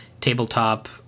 tabletop